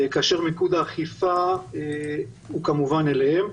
כאשר מיקוד האכיפה הוא כמובן אליהם.